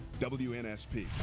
WNSP